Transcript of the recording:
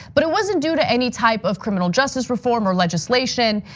but it wasn't due to any type of criminal justice reform or legislation.